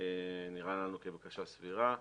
נראה לנו כבקשה סבירה.